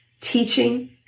teaching